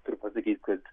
turiu pasakyti kad